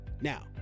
Now